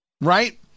right